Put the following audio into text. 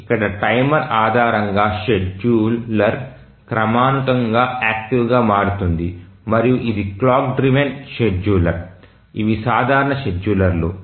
ఇక్కడ టైమర్ ఆధారంగా షెడ్యూలర్ క్రమానుగతంగా యాక్టివ్ గా మారుతుంది మరియు ఇది క్లాక్ డ్రివెన్ షెడ్యూలర్ ఇవి సాధారణ షెడ్యూలర్లు